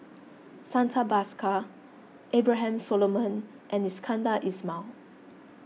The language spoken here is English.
Santha Bhaskar Abraham Solomon and Iskandar Ismail